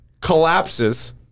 Collapses